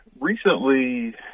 Recently